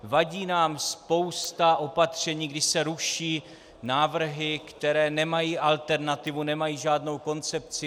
Vadí nám spousta opatření, když se ruší návrhy, které nemají alternativu, nemají žádnou koncepci.